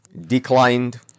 declined